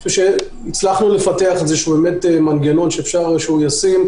אני חושב שהצלחנו לפתח מנגנון ישים,